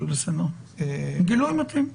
גילוי מתאים.